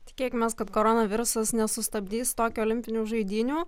tikėkimės kad koronavirusas nesustabdys tokijo olimpinių žaidynių